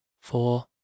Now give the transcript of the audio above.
four